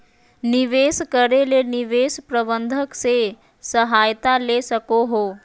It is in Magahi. निवेश करे ले निवेश प्रबंधक से सहायता ले सको हो